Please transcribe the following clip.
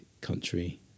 country